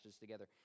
together